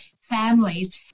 families